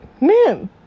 men